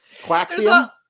Quaxium